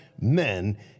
men